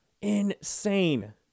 insane